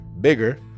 Bigger